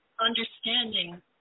understanding